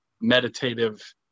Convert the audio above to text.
meditative